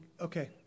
Okay